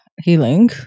healing